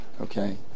okay